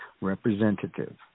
representative